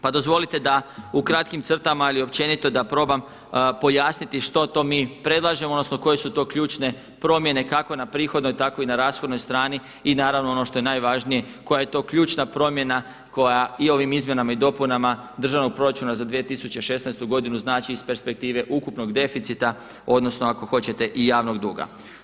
Pa dozvolite da u kratkim crtama ili općenito da probam pojasniti što to mi predlažemo odnosno koje su to ključne promjene kako na prihodnoj tako i na rashodnoj strani i naravno ono što je najvažnije koja je to ključna promjena koja i ovim Izmjenama i dopunama Državnog proračuna za 2016. godinu znači iz perspektive ukupnog deficita, odnosno ako hoćete i javnog duga.